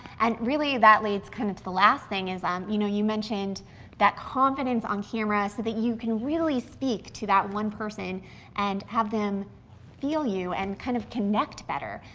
and really, that leads kind of to the last thing is, you know, you mentioned that confidence on camera so that you can really speak to that one person and have them feel you and kind of connect better.